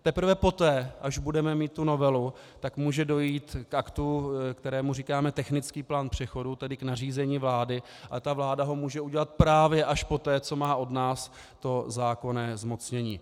Teprve poté, až budeme mít novelu, může dojít k aktu, kterému říkáme technický plán přechodu, tedy k nařízení vlády, a vláda ho může udělat právě až poté, co má od nás zákonné zmocnění.